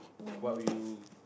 what would you